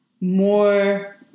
more